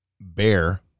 Bear